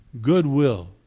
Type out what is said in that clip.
goodwill